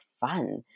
fun